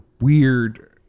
weird